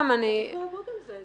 צריך לעבוד על זה.